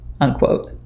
unquote